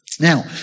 Now